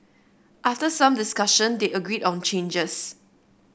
after some discussion they agreed on changes